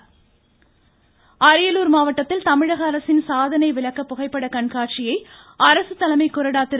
ராஜேந்திரன் அரியலூர் மாவட்டத்தில் தமிழக அரசின் சாதனை விளக்கப் புகைப்பட கண்காட்சியை அரசு தலைமை கொறடா திரு